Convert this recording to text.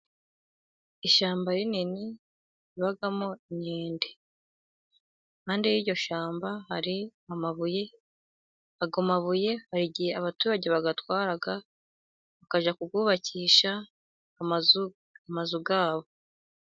Ishyamba rinini ribamo inkende. Impande y'iryo shyamba hari amabuye, ayo mabuye hari igihe abaturage bayatwara, bakajya kuyubakisha amazu, amazu ya bo.